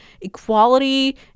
equality